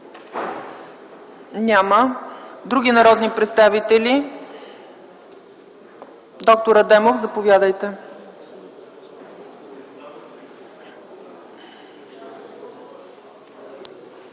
Няма. Други народни представители? Доктор Адемов, заповядайте.